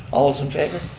all those in favor?